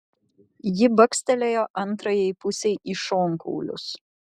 ji bakstelėjo antrajai pusei į šonkaulius